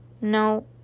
No